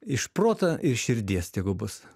iš proto ir širdies tegu bus